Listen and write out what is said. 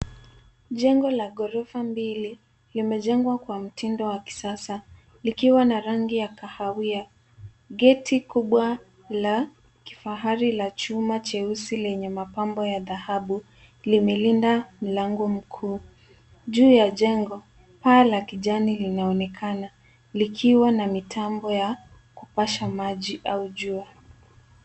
Jengo la ghorofa mbili limejengwa kwa mtindo wa kisasa likiwa na rangi ya kahawia. Geti kubwa la kifahari cha chuma cheusi lenye mapambo ya dhahabu limelinda mlango mkuu. Juu ya jengo, paa la kijani linaonekana likiwa na mitambo ya kupasha maji au jua.